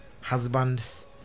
husbands